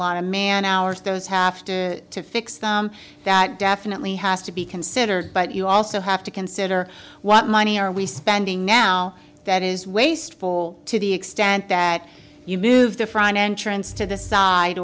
of man hours those have to to fix them that definitely has to be considered but you also have to consider what money are we spending now that is wasteful to the extent that you move the front entrance to the side